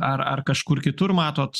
ar ar kažkur kitur matot